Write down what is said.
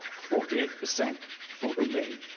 forty eight per cent for remain.